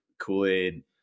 Kool-Aid